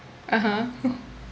(uh huh)